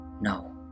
No